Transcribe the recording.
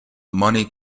money